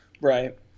right